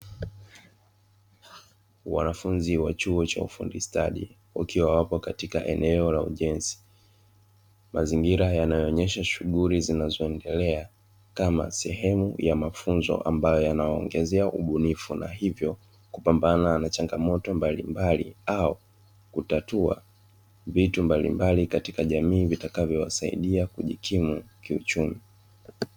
Wanafunzi wa chuo cha ufundi stadi wakiwa wapo katika eneo la ujenzi, mazingira yanaonyesha shughuli zinazo endelea kama sehemu ya mafunzo ambayo yanawaongezea ubunifu na hivyo kupambana na changamoto mbalimbali au kutatua vitu mbalimbali katika jamii vitakavyo wasaidia kujikimu kiuchumi.